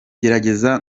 gerageza